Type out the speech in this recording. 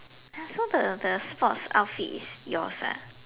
!huh! so the the sports outfit is yours ah